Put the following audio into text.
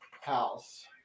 house